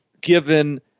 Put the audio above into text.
given